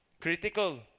Critical